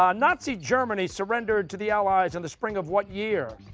um nazi germany surrendered to the allies in the spring of what year?